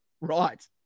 Right